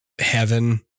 heaven